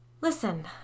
Listen